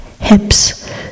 hips